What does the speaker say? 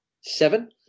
Seven